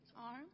arm